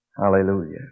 Hallelujah